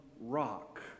rock